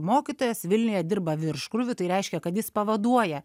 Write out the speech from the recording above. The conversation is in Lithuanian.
mokytojas vilniuje dirba virš krūviu tai reiškia kad jis pavaduoja